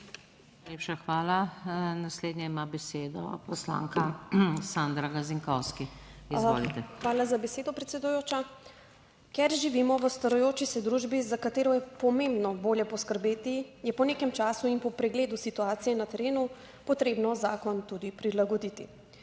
hvala. Naslednja ima besedo poslanka Sandra Gazinkovski. Izvolite. **SANDRA GAZINKOVSKI (PS Svoboda):** Hvala za besedo, predsedujoča. Ker živimo v starajoči se družbi, za katero je pomembno bolje poskrbeti, je po nekem času in po pregledu situacije na terenu potrebno zakon tudi prilagoditi.